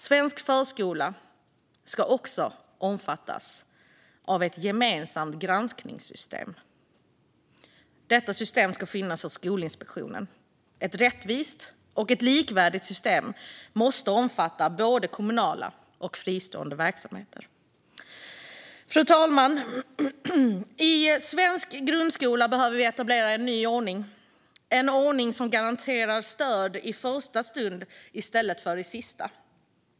Svensk förskola ska också omfattas av ett gemensamt granskningssystem. Detta system ska finnas hos Skolinspektionen. Ett rättvist och likvärdigt system måste omfatta både kommunala och fristående verksamheter. Fru talman! Det behöver etableras en ny ordning i svensk grundskola som garanterar stöd i första stund i stället för i sista.